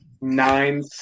nine